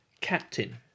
Captain